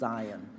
Zion 。